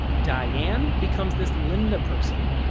diane becomes this linda person.